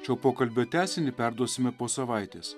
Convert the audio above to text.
šio pokalbio tęsinį perduosime po savaitės